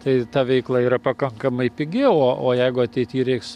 tai ta veikla yra pakankamai pigi o jeigu ateityje reiks